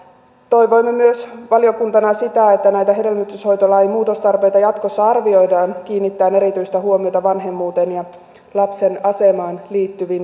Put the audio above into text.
toivoimme myös valiokuntana sitä että näitä hedelmöityshoitolain muutostarpeita jatkossa arvioidaan kiinnittäen erityistä huomiota vanhemmuuteen ja lapsen asemaan liittyviin kysymyksiin